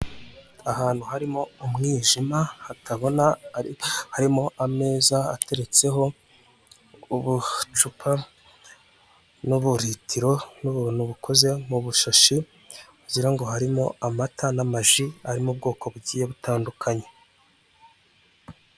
Ahantu harimo umwijima, hatabona, harimo ameza ateretseho ubucupa n'uburitiro n'ubuntu bukoze mu bushashi, wagira ngo harimo amata n'amaji, ari mu bwoko bugiye butandukanye.